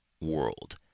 world